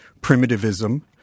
primitivism